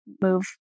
move